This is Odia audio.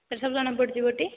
ସାର୍ ସବୁ ଜଣା ପଡ଼ିଯିବଟି